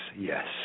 Yes